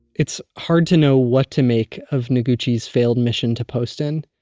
it's hard to know what to make of noguchi's failed mission to poston,